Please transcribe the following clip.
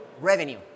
revenue